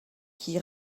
qui